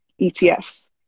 ETFs